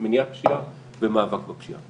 מניעת פשיעה ומאבק בפשיעה.